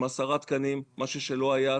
עם עשרה תקנים משהו שלא היה,